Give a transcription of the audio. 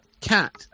Cat